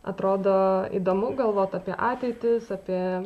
atrodo įdomu galvot apie ateitį apie